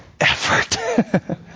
effort